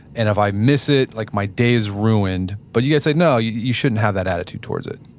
and if i miss it, like my day is ruined. but you guys said, no, you shouldn't have that attitude towards it.